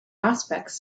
aspects